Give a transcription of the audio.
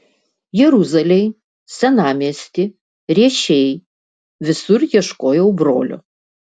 jeruzalėj senamiesty riešėj visur ieškojau brolio